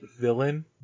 villain